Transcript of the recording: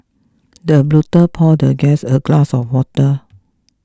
the butler poured the guest a glass of water